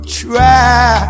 try